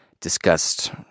discussed